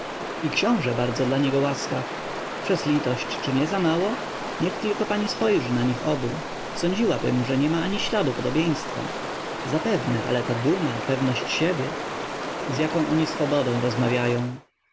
i książe bardzo na niego łaskaw przez litość czy nie zamało niech tylko pani spojrzy na nich obu sądziłabym że niema ani śladu podobieństwa zapewne ale ta duma pewność siebie z jaką oni swobodą rozmawiają